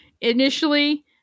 initially